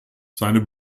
seine